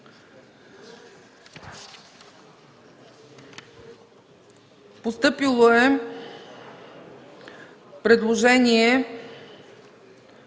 Постъпило е предложение